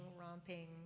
romping